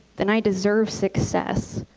then i deserve success.